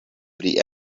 pri